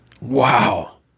Wow